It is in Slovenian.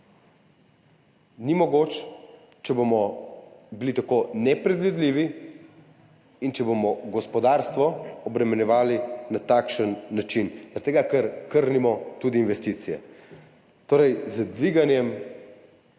Ni mogoč, če bomo tako nepredvidljivi in če bomo gospodarstvo obremenjevali na takšen način, zaradi tega ker krnimo tudi investicije. Z dviganjem